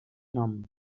nom